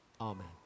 Amen